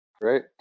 Great